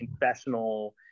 confessional